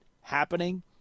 happening